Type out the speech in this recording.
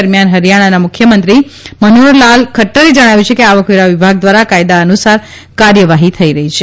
દરમિયાન હરિયાણાના મુખ્યમંત્રી મનોહરલાલ ખદરે જણાવ્યું કે આવકવેરા વિભાગ દ્વારા કાયદા અનુસાર કાર્યવાહી થઇ રહી છે